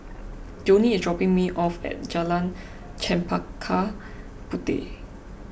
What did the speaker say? Joni is dropping me off at Jalan Chempaka Puteh